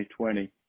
2020